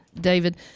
David